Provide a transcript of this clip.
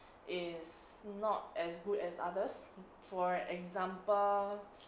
is not as good as others for example